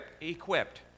equipped